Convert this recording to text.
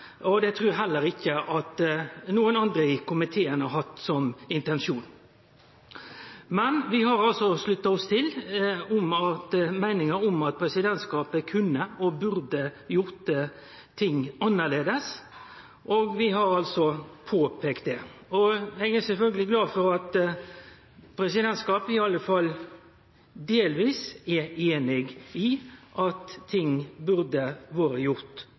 og det trur eg heller ikkje at nokon andre i komiteen har hatt intensjon om. Men vi har altså slutta oss til meininga om at presidentskapet kunne og burde gjort ting annleis, og vi har påpeikt det, og eg er sjølvsagt glad for at presidentskapet iallfall delvis er einig i at ting burde vore gjort